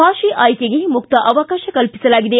ಭಾಷೆ ಆಯ್ಕೆಗೆ ಮುಕ್ತ ಅವಕಾತ ಕಲ್ಪಿಸಲಾಗಿದೆ